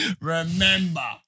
Remember